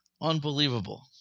Unbelievable